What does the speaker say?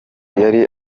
yari